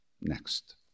next